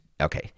Okay